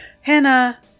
Hannah